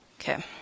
Okay